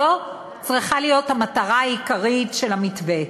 זו צריכה להיות המטרה העיקרית של המתווה,